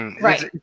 Right